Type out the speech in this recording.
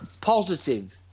positive